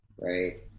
right